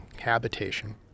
habitation